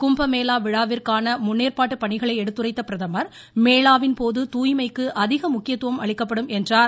கும்ப மேளா விழாவிற்கான முன்னேற்பாட்டு பணிகளை எடுத்துரைத்த பிரதமர் மேளாவின் போது தூய்மைக்கு அதிக முக்கியத்துவம் அளிக்கப்படும் என்று கூறினார்